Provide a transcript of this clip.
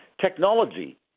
Technology